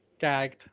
Gagged